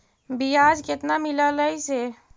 बियाज केतना मिललय से?